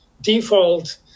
default